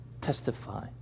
testify